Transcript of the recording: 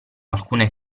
alcune